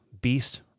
beast